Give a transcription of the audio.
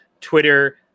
Twitter